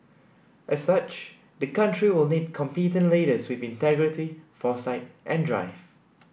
as such the country will need competent leaders with integrity foresight and drive